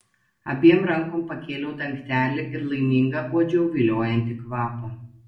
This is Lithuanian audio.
abiem rankom pakėliau dangtelį ir laiminga uodžiau viliojantį kvapą